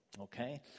okay